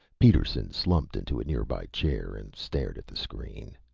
peterson slumped into a nearby chair and stared at the screen.